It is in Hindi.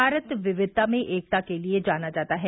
भारत विविधता में एकता के लिए जाना जाता है